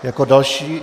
Jako další ...